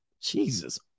Jesus